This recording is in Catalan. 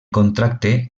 contracte